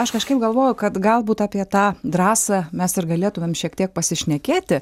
aš kažkaip galvoju kad galbūt apie tą drąsą mes ir galėtumėm šiek tiek pasišnekėti